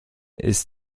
ist